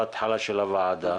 בהתחלה של הוועדה,